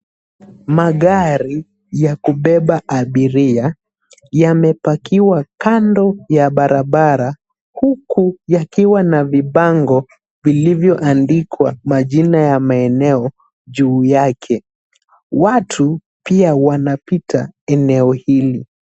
Magari ya kubeba abiria, yamepakiwa kando ya barabara, huku yakiwa na vibango vilivyoandikwa majina ya maeneo juu yake. Watu, pia wanapita eneo hili.